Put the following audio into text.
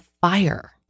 fire